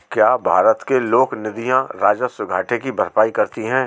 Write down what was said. क्या भारत के लोक निधियां राजस्व घाटे की भरपाई करती हैं?